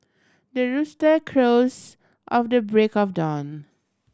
the rooster crows at the break of dawn